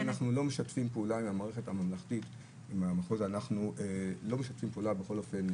זה ידוע שאנחנו לא משתפים פעולה עם המערכת הממלכתית בכל אופן,